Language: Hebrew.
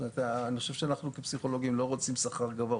זאת אומרת: אני חושב שאנחנו כפסיכולוגים לא רוצים שכר גבוה,